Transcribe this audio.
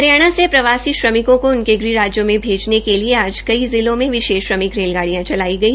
हरियाणा में प्रवासी श्रमिकों को उनके प्रवासी गृह राज्यों के भेजने के लिए आज कई जिलों में विशेष श्रमिक रेलगाडिय़ां चलाई गई